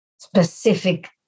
specific